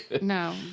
No